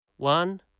One